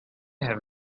have